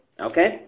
Okay